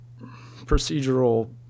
procedural